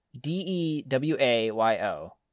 D-E-W-A-Y-O